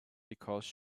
because